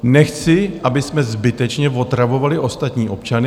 Nechci, abychom zbytečně otravovali ostatní občany.